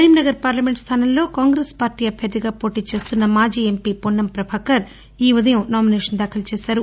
Karimnagar Nagar parliament స్థానంలో Congress party అభ్యర్థిగా పోటీచేస్తున్న మాజీ ఎంపీ పొస్నం ప్రభాకర్ ఈ ఉదయం నామినేషన్ దాఖలు చేసారు